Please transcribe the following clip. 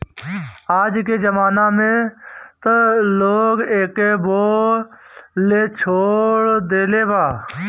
आजके जमाना में त लोग एके बोअ लेछोड़ देले बा